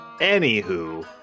Anywho